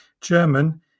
German